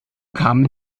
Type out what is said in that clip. kamen